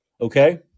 Okay